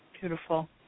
beautiful